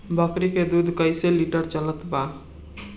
बकरी के दूध कइसे लिटर चलत बा?